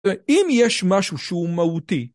אם יש משהו שהוא מהותי